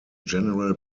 general